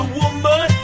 woman